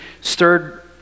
stirred